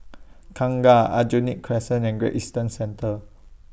Kangkar Aljunied Crescent and Great Eastern Centre